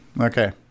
Okay